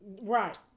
Right